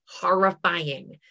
horrifying